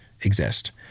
exist